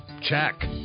check